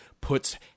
puts